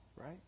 right